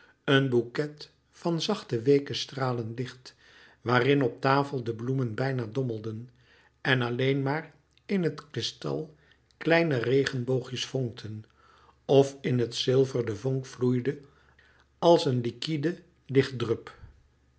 een bouquet van zachte weeke stralen licht waarin op tafel de bloemen bijna dommelden en alleen maar in het kristal kleine regenboogjes vonkten of in het zilver de vonk vloeide als een